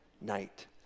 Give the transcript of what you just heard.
night